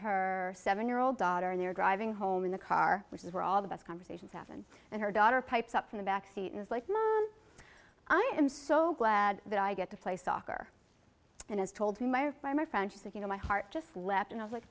her seven year old daughter and they're driving home in the car which is where all the best conversations happen and her daughter pipes up from the backseat and is like i am so glad that i get to play soccer and as told by my friends that you know my heart just left and i was like